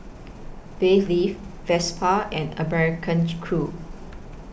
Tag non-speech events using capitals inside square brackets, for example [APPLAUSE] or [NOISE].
bathe leave Vespa and [UNINTELLIGIBLE] Crew